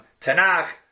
Tanakh